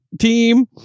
team